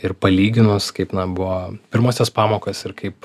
ir palyginus kaip na buvo pirmosios pamokos ir kaip